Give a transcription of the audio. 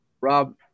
Rob